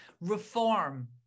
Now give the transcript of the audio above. reform